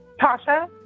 Tasha